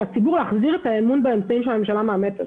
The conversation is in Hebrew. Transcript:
הציבור להחזיר את האמון באמצעים שהממשלה מאמצת.